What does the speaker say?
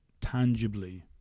tangibly